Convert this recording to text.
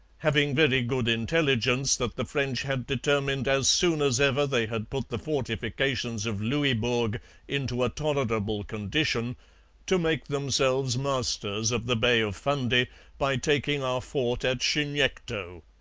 having very good intelligence that the french had determined as soon as ever they had put the fortifications of louisbourg into a tolerable condition to make themselves masters of the bay of fundy by taking our fort at chignecto